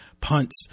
punts